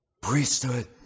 priesthood